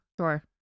Sure